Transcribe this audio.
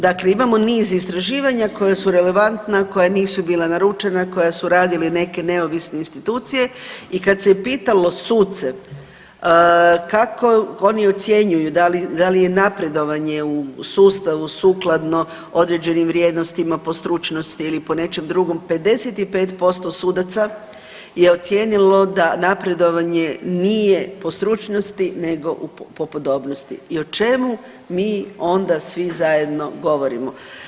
Dakle, imamo niz istraživanja koja su relevantna, koja nisu bila naručena, koja su radile neke neovisne institucije i kad se je pitalo suce kako oni ocjenjuju da li je napredovanje u sustavu sukladno određenim vrijednostima po stručnosti ili po nečem drugom 55% sudaca je ocijenilo da napredovanje nije po stručnosti nego po podobnosti i o čemu mi onda svi zajedno govorimo.